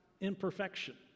imperfection